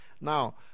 Now